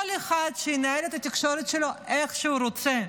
שכל אחד ינהל את התקשורת שלו איך שהוא רוצה,